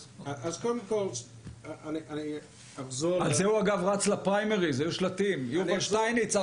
אגב, על זה הוא רץ לפריימריז השר שטייניץ.